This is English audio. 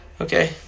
okay